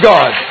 God